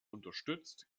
unterstützt